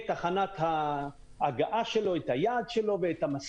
את תחנת ההגעה שלו ואת המסלול,